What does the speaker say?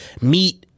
meet